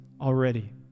already